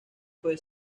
fue